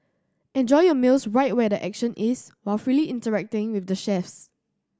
enjoy your meals right where the action is while freely interacting with the chefs